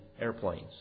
airplanes